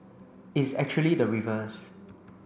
it's actually the reverse